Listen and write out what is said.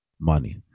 money